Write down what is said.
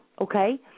okay